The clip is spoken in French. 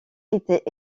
était